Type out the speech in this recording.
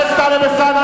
חבר הכנסת טלב אלסאנע,